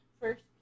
first